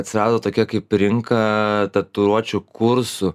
atsirado tokia kaip rinka tatuiruočių kursų